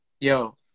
yo